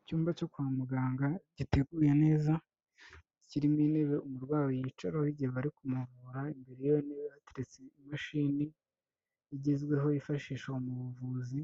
Icyumba cyo kwa muganga giteguye neza, kirimo intebe umurwayi yicaraho igihe bari kumuvura imbere yiwe niba bateretse imashini igezweho yifashisha mu buvuzi,